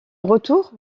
retour